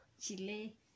chile